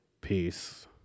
Peace